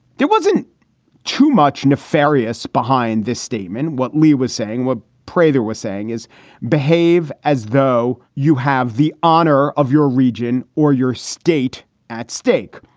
there wasn't too much nefarious behind this statement. what lee was saying was prader was saying is behave as though you have the honor of your region or your state at stake.